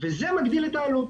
וזה מגדיל את העלות.